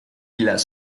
las